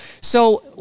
So-